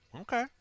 Okay